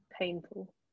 painful